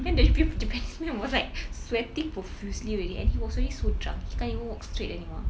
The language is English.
then the peo~ japanese man was like sweating profusely already and he was already so drunk he can't even walk straight anymore